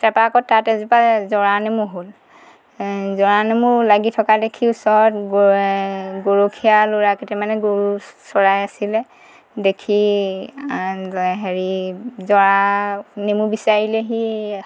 তাপা আকৌ তাত এজোপা জৰা নেমু হ'ল জৰা নেমু লাগি থকা দেখি ওচৰত গৰখীয়া ল'ৰা কেইটামানে গৰু চৰায় আছিলে দেখি হেৰি জৰা নেমু বিচাৰিলেহি